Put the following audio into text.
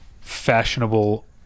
fashionable